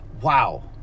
wow